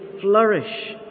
flourish